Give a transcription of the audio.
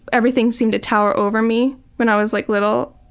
everything seemed to tower over me when i was like little.